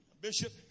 Bishop